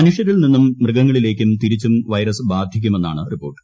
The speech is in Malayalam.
മനുഷ്യരിൽ നിന്നും മൃഗങ്ങളിലേക്കും തിരിച്ചും വൈറസ് ബാധിക്കുമെന്നാണ് റിപ്പോർട്ട്